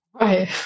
Right